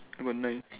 about nine